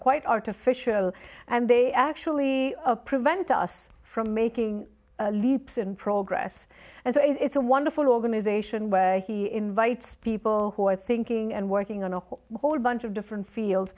quite artificial and they actually prevent us from making leaps in progress and so it's a wonderful organisation where he invites people who are thinking and working on a whole whole bunch of different fields